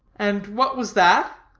and what was that?